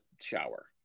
shower